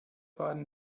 faden